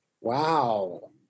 Wow